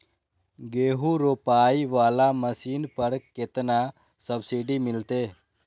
गेहूं रोपाई वाला मशीन पर केतना सब्सिडी मिलते?